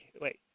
wait